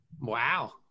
Wow